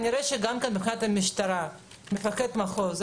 מבחינת המשטרה, מפקד המחוז,